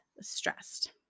stressed